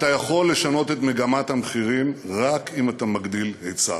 אתה יכול לשנות את מגמת המחירים רק אם אתה מגדיל היצע.